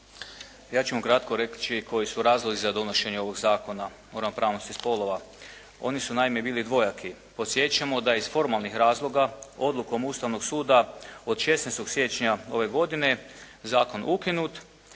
ja ću vam kratko reći koji su razlozi za donošenje ovog Zakona o ravnopravnosti spolova. Oni su naime bili dvojaki. Podsjećamo da iz formalnih razloga odlukom Ustavnog suda od 16. siječnja ove godine zakon ukinut